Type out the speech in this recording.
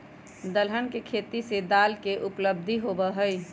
दलहन के खेती से दाल के उपलब्धि होबा हई